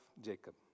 Jacob